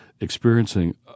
experiencing